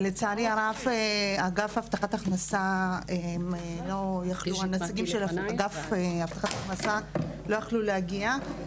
לצערי הרב, נציגי אגף הבטחת הכנסה לא יכלו להגיע.